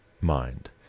mind